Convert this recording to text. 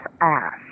ass